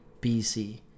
bc